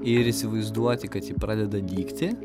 ir įsivaizduoti kad ji pradeda dygti